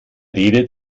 redet